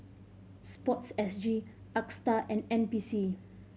Sports S G Astar and N P C